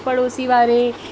पड़ोसी वारे